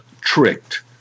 tricked